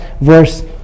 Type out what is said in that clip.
verse